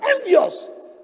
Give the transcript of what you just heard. envious